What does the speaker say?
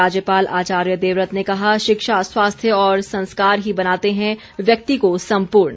राज्यपाल आचार्य देवव्रत ने कहा शिक्षा स्वास्थ्य और संस्कार ही बनाते हैं व्यक्ति को संपूर्ण